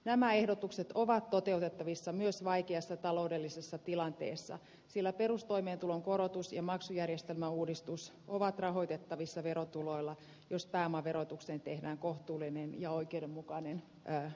nämä ehdotukset ovat toteutettavissa myös vaikeassa taloudellisessa tilanteessa sillä perustoimeentulon korotus ja maksujärjestelmäuudistus ovat rahoitettavissa verotuloilla jos pääomaverotukseen tehdään kohtuullinen ja oikeudenmukainen että